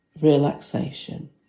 relaxation